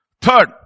Third